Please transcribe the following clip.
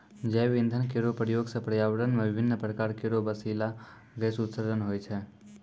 जैव इंधन केरो प्रयोग सँ पर्यावरण म विभिन्न प्रकार केरो बिसैला गैस उत्सर्जन होय छै